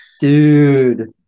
dude